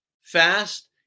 fast